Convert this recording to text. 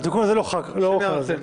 התיקון הזה לא חל על זה.